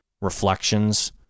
reflections